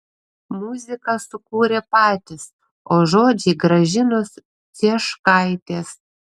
muziką sukūrė patys o žodžiai gražinos cieškaitės